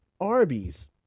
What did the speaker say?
Arby's